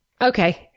Okay